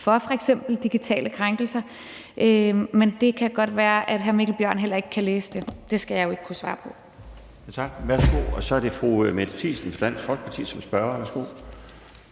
for digitale krænkelser, men det kan godt være, at hr. Mikkel Bjørn heller ikke kan læse det. Det skal jeg jo ikke kunne svare på.